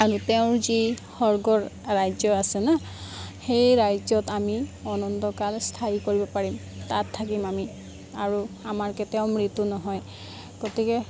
আৰু তেওঁৰ যি সৰ্গৰ ৰাজ্য আছে না সেই ৰাজ্যত আমি অনন্তকাল স্থায়ী কৰিব পাৰিম তাত থাকিম আমি আৰু আমাৰ কেতিয়াও মৃত্যু নহয় গতিকে